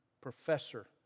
professor